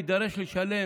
נידרש לשלם,